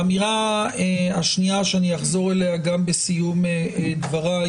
האמירה השנייה שאני אחזור אליה גם בסיום דבריי היא